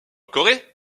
corée